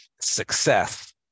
success